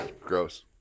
Gross